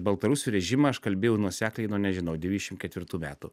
baltarusių režimą aš kalbėjau nuosekliai nuo nežinau devišim ketvirtų metų